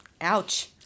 Ouch